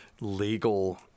legal